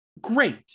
Great